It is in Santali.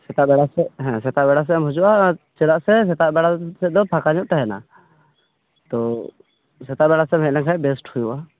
ᱥᱮᱛᱟᱜ ᱵᱮᱟ ᱥᱮᱫ ᱦᱮᱸ ᱥᱮᱛᱟᱜ ᱵᱮᱲᱟ ᱥᱮᱫ ᱮᱢ ᱦᱤᱡᱩᱜᱼᱟ ᱪᱮᱫᱟᱜ ᱥᱮ ᱥᱮᱛᱟᱜ ᱵᱮᱲᱟ ᱥᱮᱫ ᱫᱚ ᱯᱷᱟᱸᱠᱟ ᱧᱚᱜ ᱛᱟᱦᱮᱱᱟ ᱛᱚ ᱥᱮᱛᱟᱜ ᱵᱮᱲᱟ ᱥᱮ ᱮᱢ ᱦᱮᱜ ᱞᱮᱱ ᱠᱷᱟᱱ ᱵᱮᱥᱴ ᱦᱩᱭᱩᱜᱼᱟ